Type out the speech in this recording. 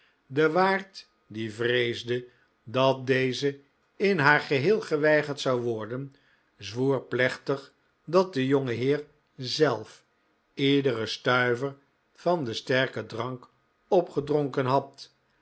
de waard die vreesde dat deze in haar geheel geweigerd zou worden zwoer plechtig dat de jongeheer zelf iederen stuiver van den sterken drank opgedronken had